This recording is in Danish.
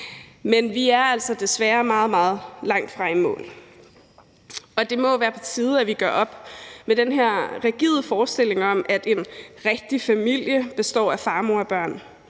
Men vi er altså desværre meget, meget langt fra at være i mål. Det må være på tide, at vi gør op med den her rigide forestilling om, at en rigtig familie består af far, mor og børn.